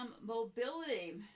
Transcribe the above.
mobility